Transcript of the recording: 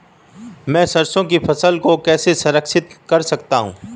मैं सरसों की फसल को कैसे संरक्षित कर सकता हूँ?